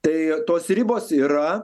tai tos ribos yra